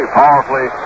powerfully